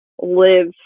live